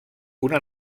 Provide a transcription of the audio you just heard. una